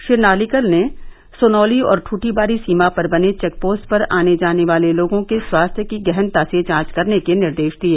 श्री नार्लिकर ने सोनौली और दूठीवारी सीमा पर बने चेक पोस्ट पर आने जाने वाले लोगों के स्वास्थ्य की गहनता से जांच करने के निर्देश दिए